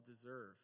deserve